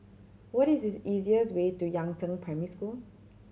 what is easiest way to Yangzheng Primary School